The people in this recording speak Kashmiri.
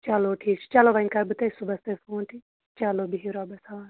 چلو ٹھیٖک چھُ چلو وۄنۍ کَرٕ بہٕ تۄہہِ صُبَحس تیٚلہِ فون تہِ چلو بِہِو رۄبَس حوال